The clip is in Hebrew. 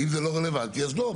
אם זה לא רלוונטי, אז לא.